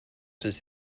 does